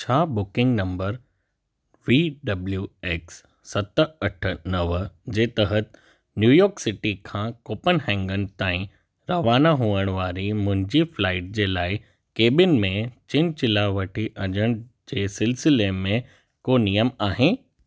छा booking number V W X सत अठ नव जे तहत न्यूयॉर्क सिटी खां कोपनहेंगन ताईं रवाना हुअणु वारी मुंहिंजी फ़्लाइट जे लाइ केबिन में चिनचिला वठी अचण जे सिलसिले में को नियम आहे